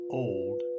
old